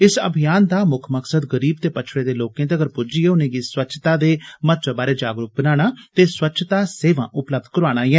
इस अभियान दा मुक्ख मकसद गरीब ते पछड़े दे लोकें तक्कर पुज्जिए उनेंगी स्वच्छता दे महत्वै बारै जागरुक बनाना ते स्वच्छता सेवा उपलब्ध कराना ऐ